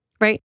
right